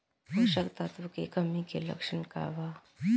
पोषक तत्व के कमी के लक्षण का वा?